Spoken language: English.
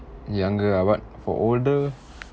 younger ah but for older